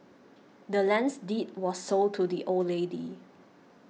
the land's deed was sold to the old lady